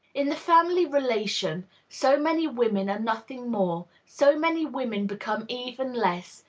in the family relation so many women are nothing more, so many women become even less,